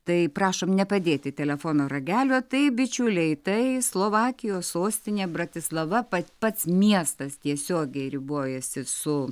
tai prašom nepadėti telefono ragelio taip bičiuliai tai slovakijos sostinė bratislava pats miestas tiesiogiai ribojasi su